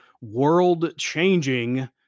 world-changing